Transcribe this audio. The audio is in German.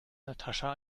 natascha